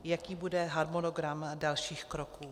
Jaký bude harmonogram dalších kroků?